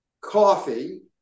coffee